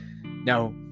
Now